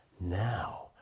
now